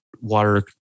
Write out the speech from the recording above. water